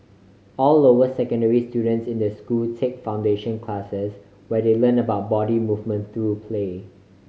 all lower secondary students in the school take foundation classes where they learn about body movement through play